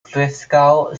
preskaŭ